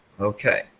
Okay